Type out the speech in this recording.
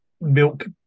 Milk